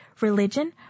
religion